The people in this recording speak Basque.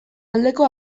aldeko